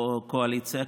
את הקואליציה.